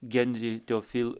gendri teofi